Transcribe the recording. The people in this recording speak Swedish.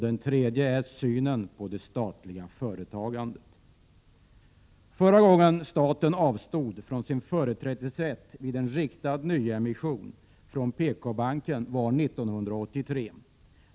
Det tredje gäller synen på det statliga företagandet. Förra gången staten avstod från sin företrädesrätt vid en riktad nyemission från PKbanken var 1983.